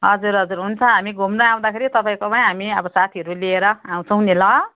हजुर हजुर हुन्छ हामी घुम्न आउँदाखेरि तपाईँकोमै हामी अब साथीहरू लिएर आउँछौँ नि ल